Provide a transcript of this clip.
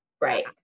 right